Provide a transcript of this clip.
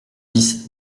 dix